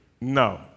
No